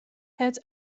het